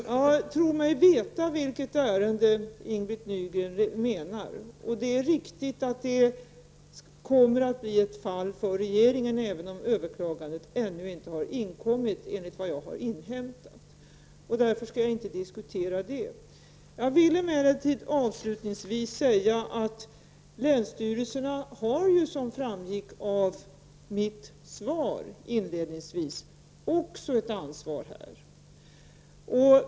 Jag tror mig veta vilket ärende Ing-Britt Nygren menar, och det är riktigt att det kommer att bli ett fall för regeringen, även om överklagandet ännu inte har inkommit, enligt vad jag har inhämtat. Därför skall jag inte diskutera det. Jag vill emellertid avslutningsvis säga att länsstyrelserna också har ett ansvar, som framgick av mitt svar.